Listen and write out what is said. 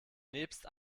nebst